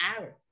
hours